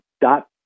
dot